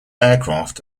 aircraft